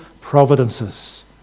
providences